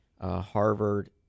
Harvard